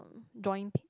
joint pain